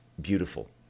beautiful